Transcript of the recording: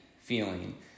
feeling